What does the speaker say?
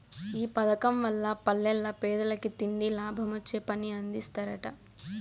ఈ పదకం వల్ల పల్లెల్ల పేదలకి తిండి, లాభమొచ్చే పని అందిస్తరట